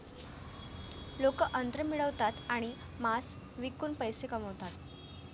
लोक अन्न मिळवतात आणि मांस विकून पैसे कमवतात